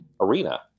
arena